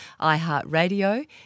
iHeartRadio